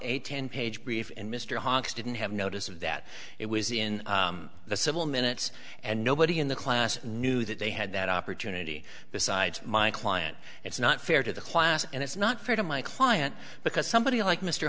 a ten page brief and mr hawkes didn't have notice of that it was in the civil minutes and nobody in the class knew that they had that opportunity besides my client it's not fair to the class and it's not fair to my client because somebody like mr